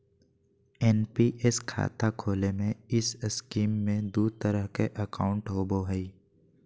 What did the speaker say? NPS खाता खोले में इस स्कीम में दू तरह के अकाउंट होबो हइ